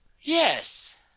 Yes